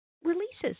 releases